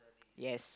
yes